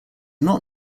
not